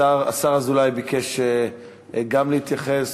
השר אזולאי ביקש גם הוא להתייחס.